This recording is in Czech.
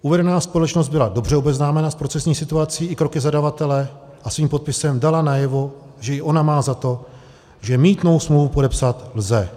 Uvedená společnost byla dobře obeznámena s procesní situací i kroky zadavatele a svým podpisem dala najevo, že i ona má za to, že mýtnou smlouvu podepsat lze.